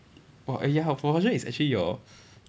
oh eh ya propulsion is actually your